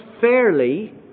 fairly